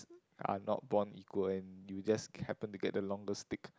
are not born equal and you just happen to get the longer stick